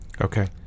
Okay